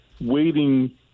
waiting